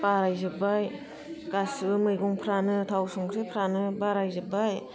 बाराय जोब्बाय गासिबो मैगंफ्रानो थाव संख्रिफ्रानो बाराय जोब्बाय